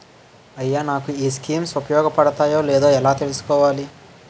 అయ్యా నాకు ఈ స్కీమ్స్ ఉపయోగ పడతయో లేదో ఎలా తులుసుకోవాలి?